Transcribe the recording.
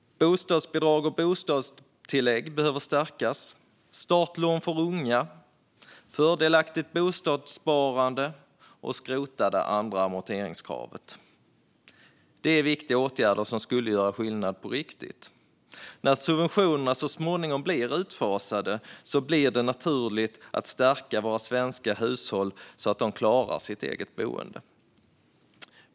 Bostadsbidrag och bostadstillägg behöver stärkas. Startlån för unga, fördelaktigt bostadssparande och att skrota det andra amorteringskravet är viktiga åtgärder som skulle göra skillnad på riktigt. När subventionerna så småningom blir utfasade blir det naturligt att stärka våra svenska hushåll så att de klarar sitt eget boende.